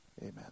amen